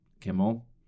Kimmel